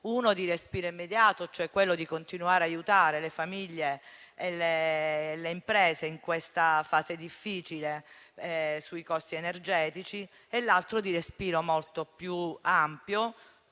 uno di respiro immediato, continuare ad aiutare le famiglie e le imprese in questa fase difficile sui costi energetici, e l'altro di respiro molto più ampio,